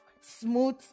smooth